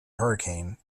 hurricane